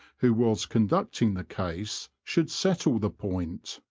who was conducting the case, should settle the point.